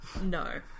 no